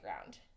ground